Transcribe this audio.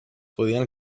podien